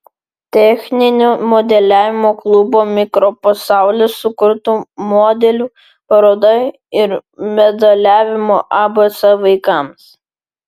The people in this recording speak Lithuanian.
techninio modeliavimo klubo mikropasaulis sukurtų modelių paroda ir modeliavimo abc vaikams